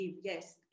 Yes